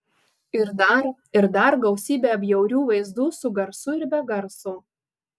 ir dar ir dar gausybę bjaurių vaizdų su garsu ir be garso